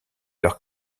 leurs